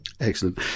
Excellent